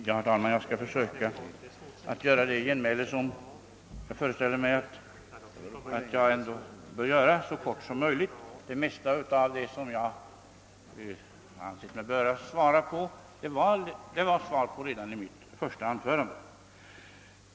Herr talman! Jag skall försöka att göra mitt genmäle så kort som möjligt. Det mesta av det som jag ansett mig böra svara på gav jag besked om redan i mitt första anförande.